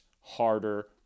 harder